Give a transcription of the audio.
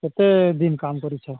କେତେ ଦିନ କାମ କରିଛ